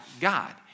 God